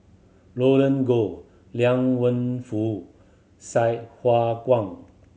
Roland Goh Liang Wenfu Sai Hua Kuan